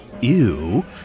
Ew